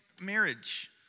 marriage